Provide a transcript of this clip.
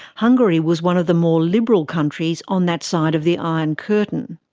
hungary was one of the more liberal countries on that side of the iron curtain.